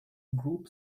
group